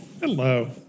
Hello